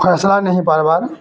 ଫଏସଲା ନାଇଁ ହେଇ ପାର୍ବାର୍